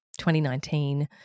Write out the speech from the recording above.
2019